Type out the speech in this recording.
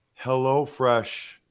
HelloFresh